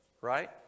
right